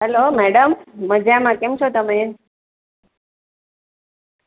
hello madam મજામાં કેમ છો તમે